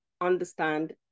understand